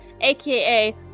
aka